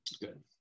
Good